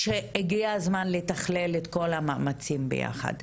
זה שהגיע הזמן לתכלל את כל המאמצים ביחד.